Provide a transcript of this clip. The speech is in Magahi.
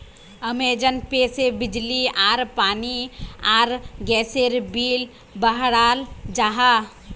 अमेज़न पे से बिजली आर पानी आर गसेर बिल बहराल जाहा